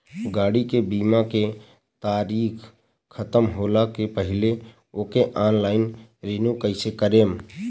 गाड़ी के बीमा के तारीक ख़तम होला के पहिले ओके ऑनलाइन रिन्यू कईसे करेम?